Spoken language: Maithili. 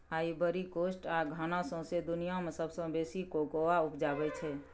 आइबरी कोस्ट आ घाना सौंसे दुनियाँ मे सबसँ बेसी कोकोआ उपजाबै छै